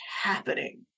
happening